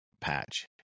patch